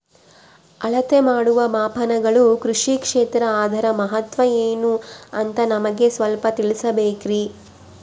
ಅಳತೆ ಮಾಡುವ ಮಾಪನಗಳು ಕೃಷಿ ಕ್ಷೇತ್ರ ಅದರ ಮಹತ್ವ ಏನು ಅಂತ ನಮಗೆ ಸ್ವಲ್ಪ ತಿಳಿಸಬೇಕ್ರಿ?